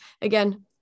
Again